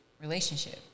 relationship